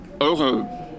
Okay